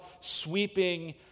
sweeping